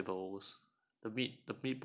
carbs vegetables